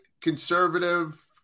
conservative